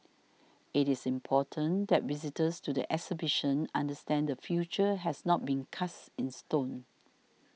it is important that visitors to the exhibition understand the future has not been cast in stone